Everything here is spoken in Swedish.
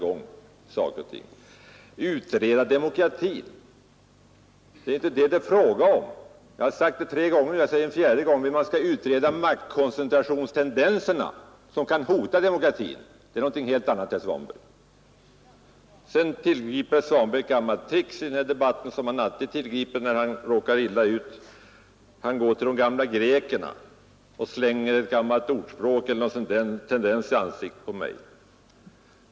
Det är inte fråga om att utreda demokratin. Jag har sagt det tre gånger förut, och jag säger det nu en fjärde gång: Vi måste utreda maktkoncentrationstendenserna, som kan hota demokratin. Det är någonting helt annat, herr Svanberg. Herr Svanberg tillgrep sedan ett gammalt trick som han alltid tillgriper när han råkar illa ut. Då går han till de gamla grekerna och slänger ett gammalt ordspråk eller en gammal sentens i ansiktet på mig.